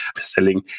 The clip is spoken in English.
selling